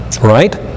Right